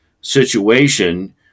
situation